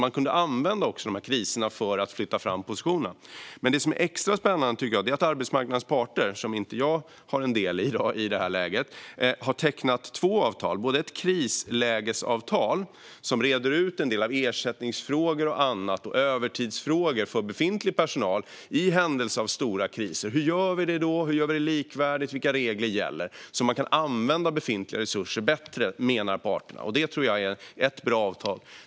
Man kunde använda kriserna för att flytta fram positionerna. Det som är extra spännande är att arbetsmarknadens parter, som inte jag i det här läget har en del i, har tecknat två avtal. Det är först ett krislägesavtal som reder ut en del av ersättningsfrågor och annat och övertidsfrågor för befintlig personal i händelse av stora kriser. Hur gör vi då? Hur gör vi det likvärdigt? Vilka regler gäller? Det gör att man kan använda befintliga resurser bättre, menar parterna. Det tror jag är ett bra avtal.